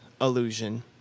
illusion